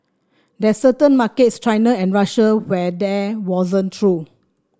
there's certain markets China and Russia where that wasn't true